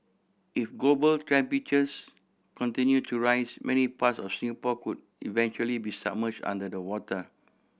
if global temperatures continue to rise many parts of Singapore could eventually be submerged under the water